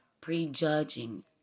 prejudging